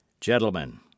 Gentlemen—